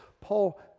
Paul